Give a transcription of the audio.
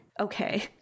okay